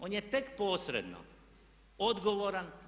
On je tek posredno odgovoran.